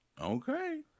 Okay